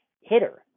hitter